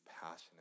passionate